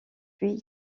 puis